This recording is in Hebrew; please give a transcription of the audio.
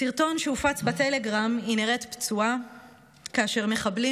בסרטון שהופץ בטלגרם היא נראית פצועה כאשר מחבלים